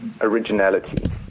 originality